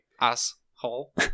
asshole